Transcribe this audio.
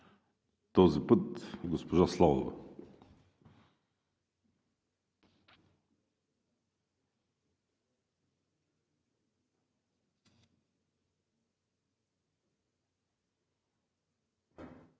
Този път госпожа Славова.